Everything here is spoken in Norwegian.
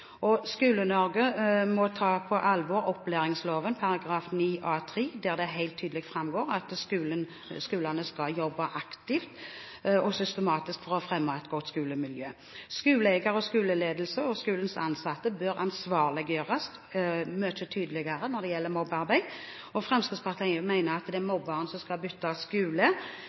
skolen. Skole-Norge må ta på alvor opplæringsloven § 9a-3, der det helt tydelig framgår at skolene skal jobbe aktivt og systematisk for å fremme et godt skolemiljø. Skoleeiere, skoleledelse og skolens ansatte bør ansvarliggjøres mye tydeligere når det gjelder mobbearbeid, og Fremskrittspartiet mener at det er mobberne som skal bytte skole